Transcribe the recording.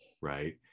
right